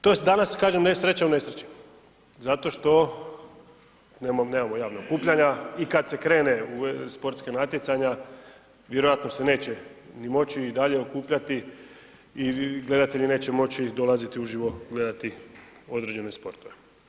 To je danas kažem sreća u nesreći, zato što nemamo javnog okupljanja i kada se krene u sportska natjecanja vjerojatno se neće ni moći i dalje okupljati i gledatelji neće moći dolaziti u živo gledati određene sportove.